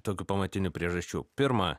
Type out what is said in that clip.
tokių pamatinių priežasčių pirma